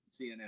cnn